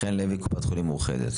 חן לוי, מקופת חולים מאוחדת.